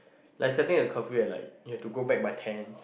like setting a curfew at like you have to go back by ten